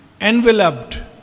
enveloped